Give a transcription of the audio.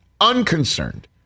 Unconcerned